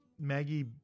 Maggie